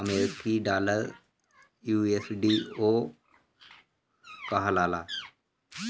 अमरीकी डॉलर यू.एस.डी.ओ कहाला